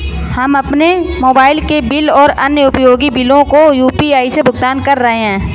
हम अपने मोबाइल के बिल और अन्य उपयोगी बिलों को यू.पी.आई से भुगतान कर रहे हैं